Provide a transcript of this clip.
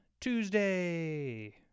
Tuesday